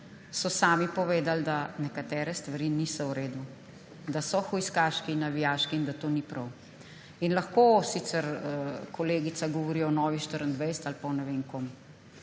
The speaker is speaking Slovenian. so sami povedali, da nekatere stvari niso v redu, da so hujskaški in navijaški in da to ni prav. Lahko sicer kolegica govori o Novi24TV ali pa o ne vem kom,